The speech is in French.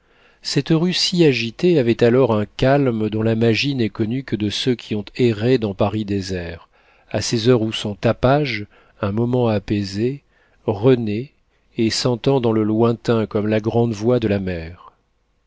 cette rue si agitée avait alors un calme dont la magie n'est connue que de ceux qui ont erré dans paris désert à ces heures où son tapage un moment apaisé renaît et s'entend dans le lointain comme la grande voix de la mer